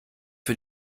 für